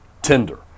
Tinder